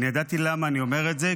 ידעתי למה אני אומר את זה,